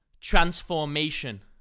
Transformation